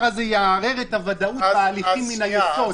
הזה יערער את הוודאות בההליכים מהיסוד.